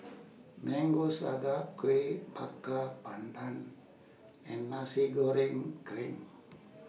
Mango Sago Kueh Bakar Pandan and Nasi Goreng Kerang